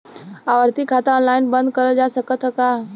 आवर्ती खाता ऑनलाइन बन्द करल जा सकत ह का?